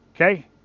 Okay